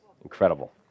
incredible